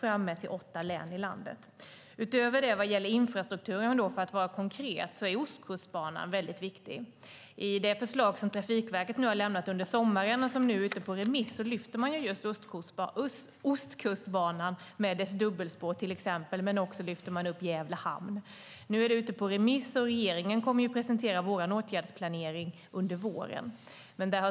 För att vara konkret vad gäller infrastrukturen är Ostkustbanan viktig. I det förslag som Trafikverket har lämnat under sommaren och som nu är ute på remiss lyfter man till exempel fram Ostkustbanan med dess dubbelspår, men också Gävle hamn. Nu är detta alltså ute på remiss, och regeringen kommer att presentera vår åtgärdsplanering under våren.